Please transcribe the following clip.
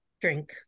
Drink